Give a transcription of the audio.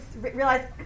realize